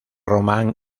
román